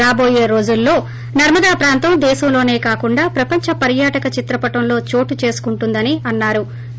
రాబోయే రోజుల్లో నర్మదా ప్రాంతం దేశంలోసే కాకుండా ప్రపంచ పర్యాటక చిత్రపటంలో చోటుచేసుకుంటుందని అన్నా రు